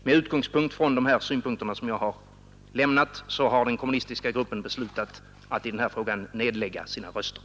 Med utgångspunkt i de synpunkter jag nu har lämnat har den kommunistiska gruppen beslutat att i denna fråga nedlägga sina röster.